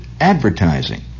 advertising